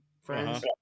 friends